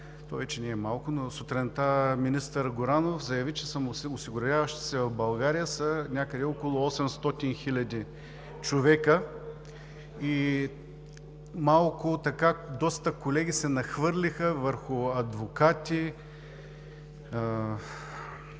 една цяла група – сутринта министър Горанов заяви, че самоосигуряващите се в България са някъде около 800 хиляди човека и доста колеги се нахвърлиха върху адвокати,